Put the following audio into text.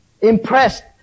impressed